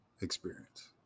experience